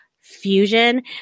Fusion